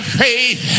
faith